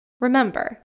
Remember